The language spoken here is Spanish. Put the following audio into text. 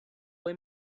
fue